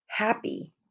happy